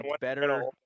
better –